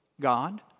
God